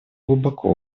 глубоко